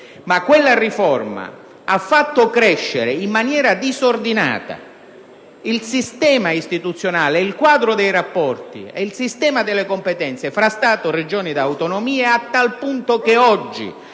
Quella riforma ha fatto crescere in maniera disordinata il sistema istituzionale, il quadro dei rapporti e il sistema delle competenze fra Stato, Regioni ed autonomie, a tal punto che oggi